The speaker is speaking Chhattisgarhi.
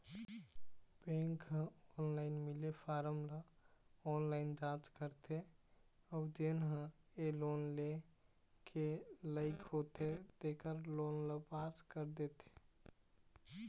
बेंक ह ऑनलाईन मिले फारम ल ऑनलाईन जाँच करथे अउ जेन ह ए लोन लेय के लइक होथे तेखर लोन ल पास कर देथे